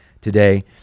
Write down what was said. today